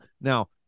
Now